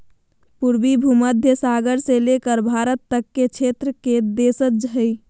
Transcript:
पूर्वी भूमध्य सागर से लेकर भारत तक के क्षेत्र के देशज हइ